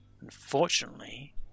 Unfortunately